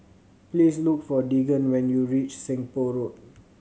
please look for Deegan when you reach Seng Poh Road